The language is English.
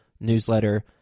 newsletter